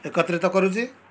ଏକତ୍ରିତ କରୁଛି